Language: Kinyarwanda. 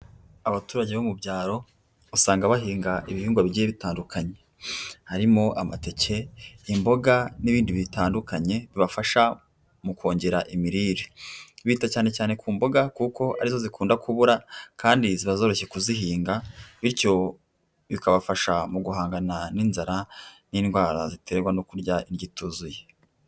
Abaturage bo mu byaro usanga bahinga ibihigwa bigiye bitandukanye. Harimo amateke, imboga n'ibindi bitandukanye bibafasha mu kongera imirire. Bita cyane cyane ku mboga kuko ari zo zikunda kubura kandi ziba zoroshye kuzihinga. Bityo bikabafasha mu guhangana n'inzara n'indwara ziterwa no kurya indyo ituzuye.